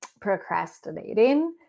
procrastinating